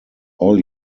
all